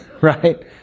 Right